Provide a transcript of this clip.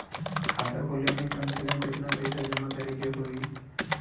खाता खोले में कम से कम केतना पइसा जमा करे के होई?